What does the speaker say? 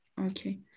Okay